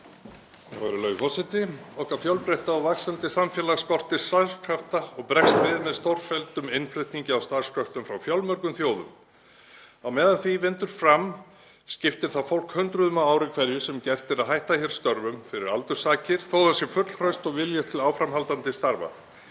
Virðulegur forseti. Okkar fjölbreytta og vaxandi samfélag skortir starfskrafta og bregst við með stórfelldum innflutningi á starfskröftum frá fjölmörgum þjóðum. Á meðan því vindur fram skiptir það fólk hundruðum á ári hverju sem gert er að hætta störfum fyrir aldurs sakir þó að það sé fullhraust og hafi vilja til áframhaldandi starfa.